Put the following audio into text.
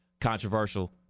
Controversial